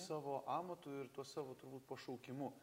savo amatu ir tuo savo turbūt pašaukimu